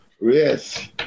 Yes